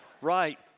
Right